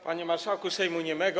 Panie Marszałku Sejmu Niemego!